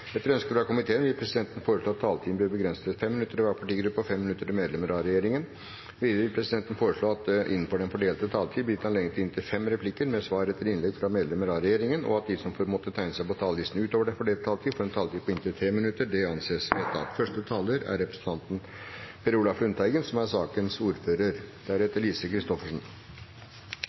Etter ønske fra helse- og omsorgskomiteen vil presidenten foreslå at taletiden blir begrenset til 5 minutter til hver partigruppe og 5 minutter til medlemmer av regjeringen. Videre vil presidenten foreslå at det – innenfor den fordelte taletid – blir gitt anledning til inntil fem replikker med svar etter innlegg fra medlemmer av regjeringen, og at de som måtte tegne seg på talerlisten utover den fordelte taletid, får en taletid på inntil 3 minutter. – Det anses vedtatt. Som saksordfører er jeg glad for at det er